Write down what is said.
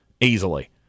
easily